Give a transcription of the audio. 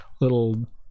little